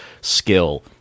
skill